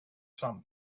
some